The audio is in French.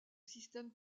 système